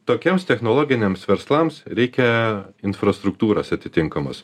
tokiems technologiniams verslams reikia infrastruktūros atitinkamos